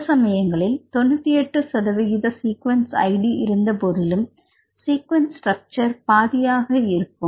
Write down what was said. சில சமயங்களில் 98 சதவிகித சீக்வென்ஸ் ஐடி இருந்தபோதிலும் ஸ்ட்ரக்சர் பாதியாக இருக்கும்